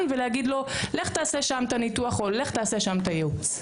ולהגיד לו לך תעשה שם את הניתוח או לך תעשה שם את הייעוץ?